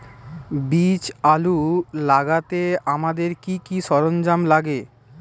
বীজ আলু লাগাতে আমাদের কি কি সরঞ্জাম লাগে?